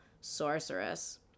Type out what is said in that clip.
sorceress